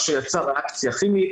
מה שיצר ריאקציה כימית